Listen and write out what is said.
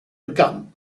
began